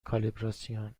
کالیبراسیون